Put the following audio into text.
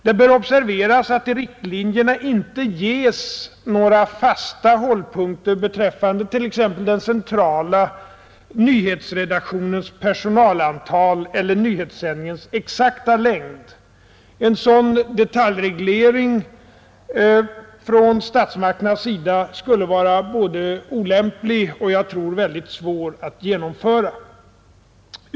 Det bör observeras att i riktlinjerna inte ges några fasta hållpunkter beträffande t.ex. den centrala nyhetsredaktionens personalantal eller nyhetssändningens exakta längd. En sådan detaljreglering från statsmakternas sida skulle vara både olämplig och, tror jag, väldigt svår att genomföra.